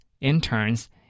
interns